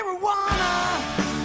Marijuana